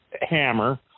hammer